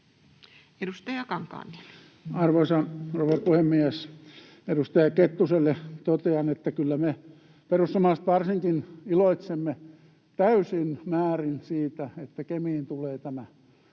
Edustaja Kankaanniemi. Arvoisa rouva puhemies! Edustaja Kettuselle totean, että kyllä me perussuomalaiset varsinkin iloitsemme täysin määrin siitä, että Kemiin tulee tämä